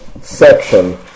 section